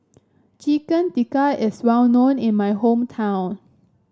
Chicken Tikka is well known in my hometown